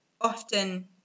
often